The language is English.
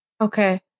Okay